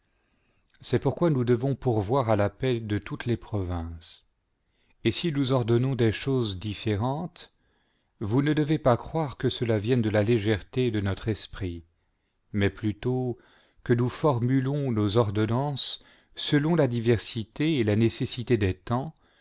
c'est pourquoi nous devons pourvoir à la paix de toutes les provinces et si nous ordonnons des choses différentes vous ne devez pas croire que cela vienne de la légèreté de notre esprit mais plutôt que nous formulons nos ordonnances selon la diversité et la nécessité des temps